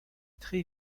très